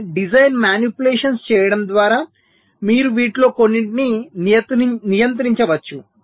కొన్ని design manipulations చేయడం ద్వారా మీరు వీటిలో కొన్నింటిని నియంత్రించవచ్చు